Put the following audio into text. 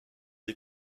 est